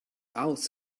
aus